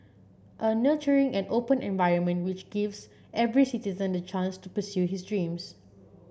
a nurturing and open environment which gives every citizen the chance to pursue his dreams